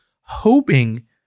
hoping